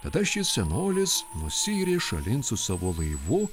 tada šis senolis nusiyrė šalin su savo laivu